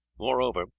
moreover,